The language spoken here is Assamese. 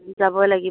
যাবই লাগিব